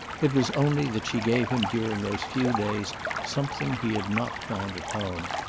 it was only that she gave him during those few days something he had not found at home,